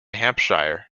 hampshire